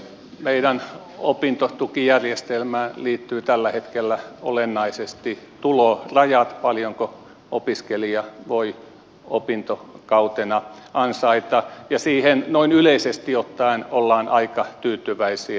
meidän opintotukijärjestelmäämme liittyy tällä hetkellä olennaisesti tulorajat paljonko opiskelija voi opintokautena ansaita ja siihen noin yleisesti ottaen ollaan aika tyytyväisiä